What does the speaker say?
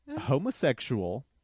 Homosexual